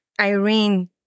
Irene